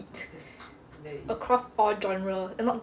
across all genre